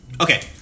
Okay